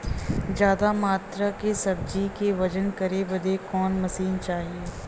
ज्यादा मात्रा के सब्जी के वजन करे बदे कवन मशीन चाही?